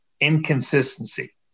inconsistency